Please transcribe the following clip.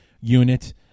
unit